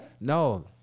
No